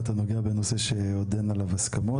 ואתה נוגע בנושא שעוד אין עליו הסכמות.